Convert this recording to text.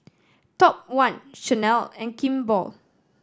Top One Chanel and Kimball